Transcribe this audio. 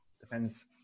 depends